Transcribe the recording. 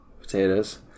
potatoes